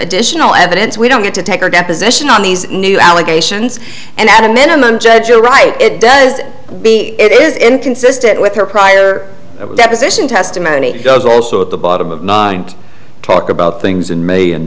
additional evidence we don't get to take her deposition on these new allegations and at a minimum judge you're right it does it is inconsistent with her prior deposition testimony does also at the bottom of nine talk about things in may and